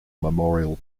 memorial